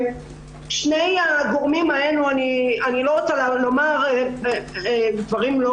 שני הגורמים האלה אני לא רוצה לומר דברים לא